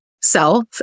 self